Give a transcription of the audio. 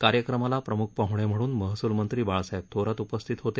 कार्यक्रमाला प्रमुख पाहणे म्हणून महसूल मंत्री बाळासाहेब थोरात उपस्थित होते